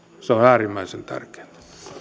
se on äärimmäisen tärkeätä